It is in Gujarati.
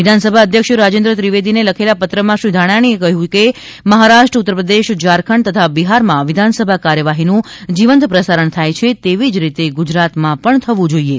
વિધાનસભા અધ્યક્ષ રાજેન્દ્ર ત્રિવેદી ને લખેલા પત્ર માં શ્રી ધાનાણી એ કહ્યું છે કે મહારાષ્ટ્ર ઉત્તર પ્રદેશ ઝારખંડ તથા બિહાર માં વિધાનસભા કાર્યવાહી નું જીવંત પ્રસારણ થાય છે તેવી રીતે ગુજરાત માં પણ થવું જોઈએ